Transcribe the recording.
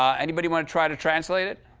anybody want to try to translate it?